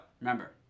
remember